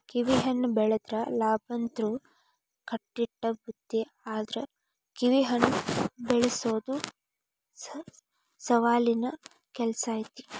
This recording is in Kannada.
ಕಿವಿಹಣ್ಣ ಬೆಳದ್ರ ಲಾಭಂತ್ರು ಕಟ್ಟಿಟ್ಟ ಬುತ್ತಿ ಆದ್ರ ಕಿವಿಹಣ್ಣ ಬೆಳಸೊದು ಸವಾಲಿನ ಕೆಲ್ಸ ಐತಿ